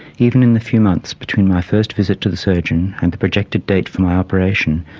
even in the few months between my first visit to the surgeon and the projected date for my operation,